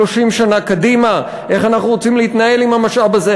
30 שנה קדימה איך אנחנו רוצים להתנהל עם המשאב הזה?